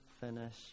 finish